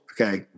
okay